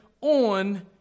on